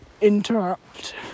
interrupt